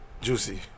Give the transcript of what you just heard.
Juicy